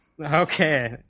Okay